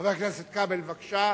חבר הכנסת כבל, בבקשה.